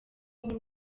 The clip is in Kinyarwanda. b’u